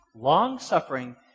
Long-suffering